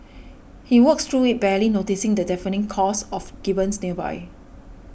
he walks through it barely noticing the deafening calls of gibbons nearby